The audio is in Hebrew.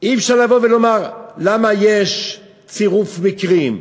אי-אפשר לבוא ולומר למה יש צירוף מקרים.